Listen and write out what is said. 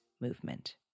movement